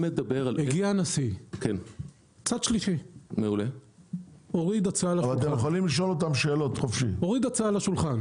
הגיע הנשיא, צד שלישי, הוריד הצעה לחוקה.